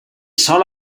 sol